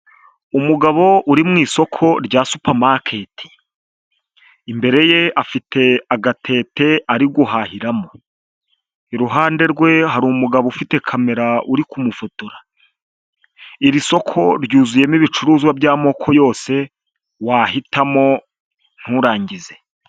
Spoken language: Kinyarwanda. Umugabo uri mu isoko rya supa maketi, imbere ye afite agatete ari guhahiramo, iruhande rwe hari umugabo ufite kamera uri kumufotora, iri soko ryuzuyemo ibicuruzwa by'amoko yose wahitamo nturangize.